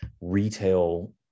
retail